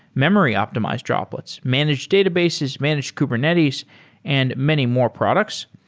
memory optimized droplets, managed databases, managed kubernetes and many more products.